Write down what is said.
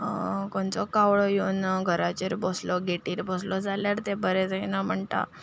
खंयचो कावळो येवून घराचेर बसलो गॅटीर बसलो जाल्यार तें बरें जायना म्हणटा